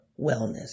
wellness